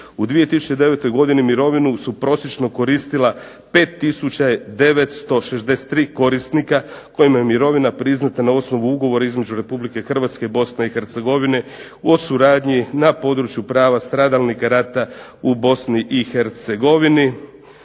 U 2009. godini mirovinu su prosječno koristila 5963 korisnika kojima je mirovina priznata na osnovu Ugovora između Republike Hrvatske i Bosne i Hercegovine o suradnji na području prava stradalnika rata u Bosni i Hercegovini